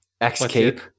escape